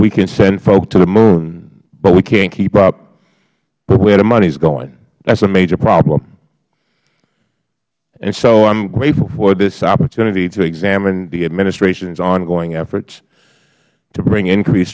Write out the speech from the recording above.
we can send folks to the moon but we cant keep up with where the money is going that is a major problem so i am grateful for this opportunity to examine the administrations ongoing efforts to bring increase